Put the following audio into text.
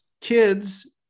kids